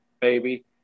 baby